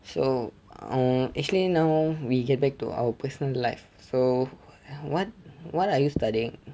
so oh actually now we get back to our personal life so what what are you studying